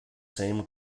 same